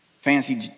fancy